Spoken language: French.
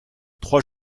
trois